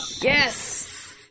yes